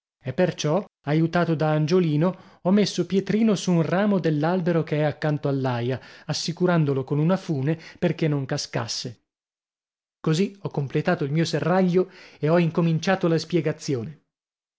e perciò aiutato da angiolino ho messo pietrino su un ramo dell'albero che è accanto all'aia assicurandolo con una fune perché non cascasse così ho completato il mio serraglio e ho incominciato la spiegazione